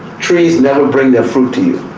trees never bring their fruit to you.